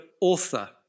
author